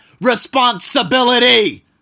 responsibility